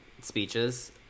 speeches